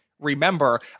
Remember